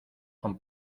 con